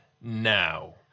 Now